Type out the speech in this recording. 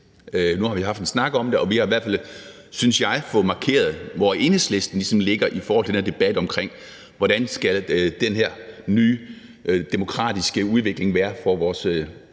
Nu har vi haft en snak om det, og vi har i hvert fald, synes jeg, fået markeret, hvor Enhedslisten ligesom ligger i den her debat om, hvordan den her nye demokratiske udvikling skal være